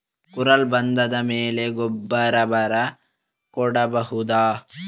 ಕುರಲ್ ಬಂದಾದ ಮೇಲೆ ಗೊಬ್ಬರ ಬರ ಕೊಡಬಹುದ?